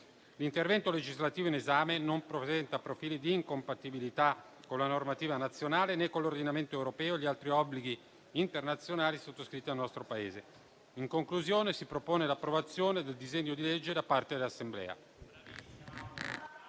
L'intervento legislativo in esame non presenta profili d'incompatibilità con la normativa nazionale, né con l'ordinamento europeo e gli altri obblighi internazionali sottoscritti dal nostro Paese. In conclusione, si propone l'approvazione del disegno di legge da parte dell'Assemblea.